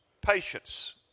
patience